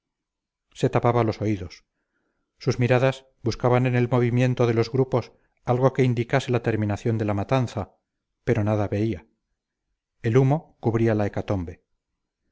se tapaba los oídos sus miradas buscaban en el movimiento de los grupos algo que indicase la terminación de la matanza pero nada veía el humo cubría la hecatombe